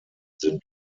sind